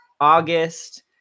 August